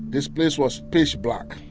this place was pitch black.